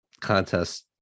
contest